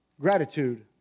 gratitude